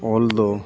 ᱚᱞ ᱫᱚ